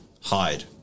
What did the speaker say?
hide